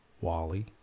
Wally